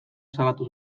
salatu